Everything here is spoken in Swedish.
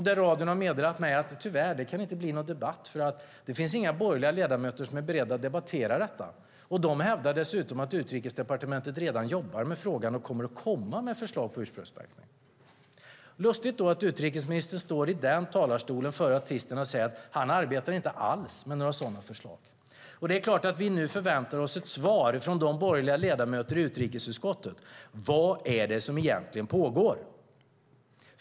Men de har meddelat mig att det tyvärr inte kan bli någon debatt för det finns inga borgerliga ledamöter som är beredda att debattera detta och att de dessutom hävdar att Utrikesdepartementet redan jobbar med frågan och kommer med ett förslag om ursprungsmärkning. Lustigt då att utrikesministern stod här i talarstolen förra tisdagen och sade att han inte alls arbetar med några sådana förslag. Vi förväntar oss nu ett svar från de borgerliga ledamöterna i utrikesutskottet. Vad är det egentligen som pågår?